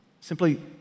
simply